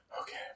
okay